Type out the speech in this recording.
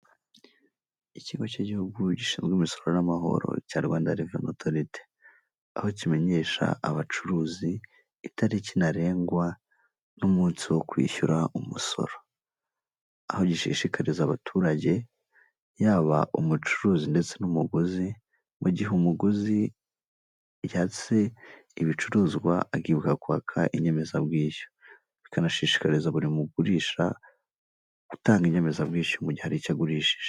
Ikigo cy'lgihugu gishinzwe imisoro n'amahoro cya Rwanda Revenue Authority, aho kimenyesha abacuruzi itariki ntarengwa n'umunsi wo kwishyura umusoro, aho gishishikariza abaturage yaba umucuruzi ndetse n'umuguzi, mu gihe umuguzi yatse ibicuruzwa akibuka kwaka inyemezabwishyu, bikanashishikariza buri mugurisha, gutanga inyemezabwishyu mu gihe hari icyo agurishije.